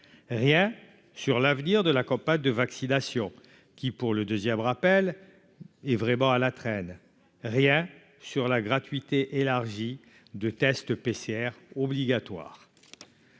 rien sur l'avenir de la campagne de vaccination qui, pour le 2ème rappel est vraiment à la traîne, rien sur la gratuité élargi de test PCR obligatoires